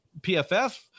pff